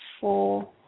four